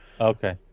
Okay